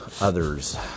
others